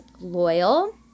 loyal